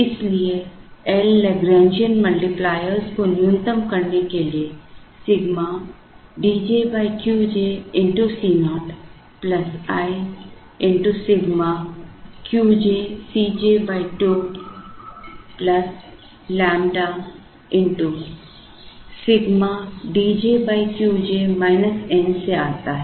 इसलिए L Lagrangian मल्टीप्लायरों को न्यूनतम करने के लिए sigma D j Q j Co i x sigma Q j C J 2 lambda x sigma D j Q j N से आता है